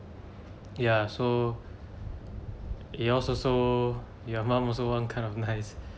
ya so yours also your mom also one kind of nice